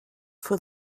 for